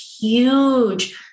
huge